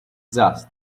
just